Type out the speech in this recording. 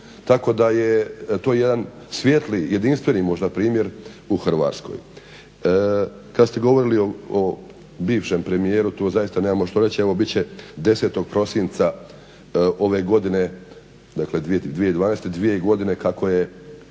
tako da je to jedan svijetli jedinstveni možda primjer u Hrvatskoj. Kad ste govorili o bivšem premijeru tu zaista nemamo što reći, evo bit će 10. prosinca ove godine, dakle 2012., dvije godine kako je